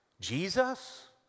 Jesus